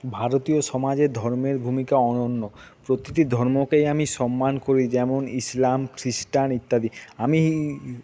ভারতীয় সমাজে ধর্মের ভূমিকা অনন্য প্রতিটি ধর্মকেই আমি সম্মান করি যেমন ইসলাম খ্রিস্টান ইত্যাদি আমি